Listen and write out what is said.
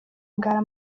ngara